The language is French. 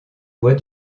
bois